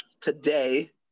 today